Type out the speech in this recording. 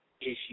issue